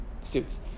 suits